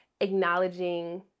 acknowledging